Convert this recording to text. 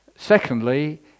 Secondly